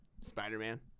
Spider-Man